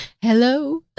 Hello